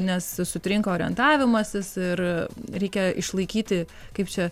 nes sutrinka orientavimasis ir reikia išlaikyti kaip čia